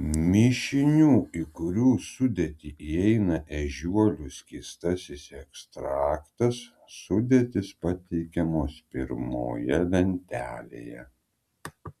mišinių į kurių sudėtį įeina ežiuolių skystasis ekstraktas sudėtys pateikiamos pirmoje lentelėje